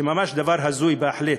זה ממש דבר הזוי בהחלט.